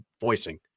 voicing